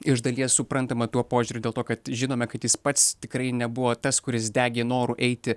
iš dalies suprantama tuo požiūriu dėl to kad žinome kad jis pats tikrai nebuvo tas kuris degė noru eiti